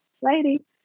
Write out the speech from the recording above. lady